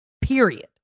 period